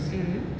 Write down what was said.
mm